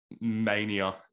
mania